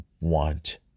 want